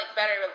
better